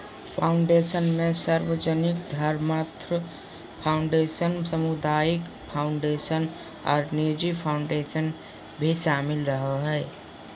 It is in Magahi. फ़ाउंडेशन मे सार्वजनिक धर्मार्थ फ़ाउंडेशन, सामुदायिक फ़ाउंडेशन आर निजी फ़ाउंडेशन भी शामिल रहो हय,